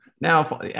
Now